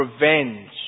revenge